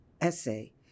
essay